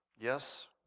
Yes